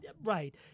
Right